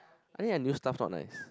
I think their new stuff not nice